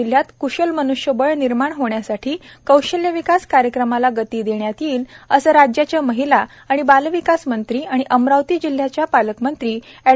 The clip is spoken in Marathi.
जिल्ह्यात कृशल मनृष्यबळ निर्माण होण्यासाठी कौशल्य विकास कार्यक्रमाला गती देण्यात येईल असे राज्याच्या महिला आणि बालविकास मंत्री तथा अमरावती जिल्ह्याच्या पालकमंत्री एड